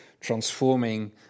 transforming